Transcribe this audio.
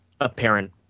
apparent